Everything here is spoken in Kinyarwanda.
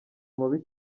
mabi